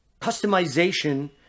customization